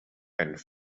and